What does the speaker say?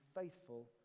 faithful